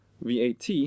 VAT